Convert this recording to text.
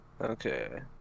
Okay